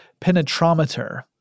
penetrometer